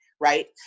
right